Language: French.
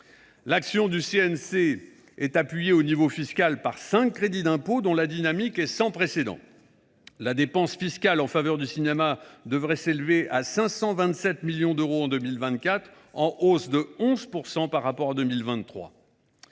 action est appuyée, au niveau fiscal, par cinq crédits d’impôts, dont la dynamique est sans précédent. La dépense fiscale en faveur du cinéma devrait ainsi s’élever à 527 millions d’euros en 2024, en hausse de 11 % par rapport à 2023.